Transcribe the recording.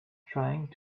trying